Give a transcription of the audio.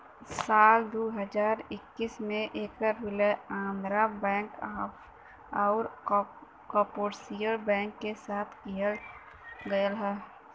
साल दू हज़ार इक्कीस में ऐकर विलय आंध्रा बैंक आउर कॉर्पोरेशन बैंक के साथ किहल गयल रहल